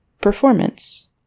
performance